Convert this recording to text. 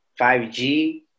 5g